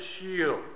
shield